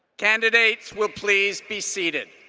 candidates will please be seated.